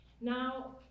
Now